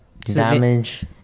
Damage